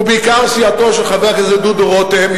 ובעיקר סיעתו של חבר הכנסת דודו רותם,